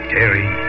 Terry